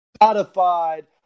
modified